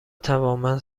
توانمند